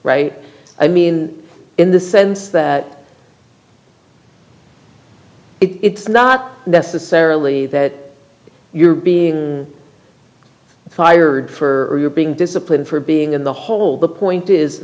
right i mean in the sense that it's not necessarily that you're being fired for or you're being disciplined for being in the hole the point is